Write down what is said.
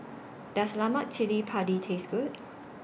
Does Lemak Cili Padi Taste Good